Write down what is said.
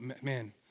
man